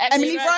Emily